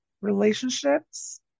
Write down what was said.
Relationships